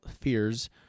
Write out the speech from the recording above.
fears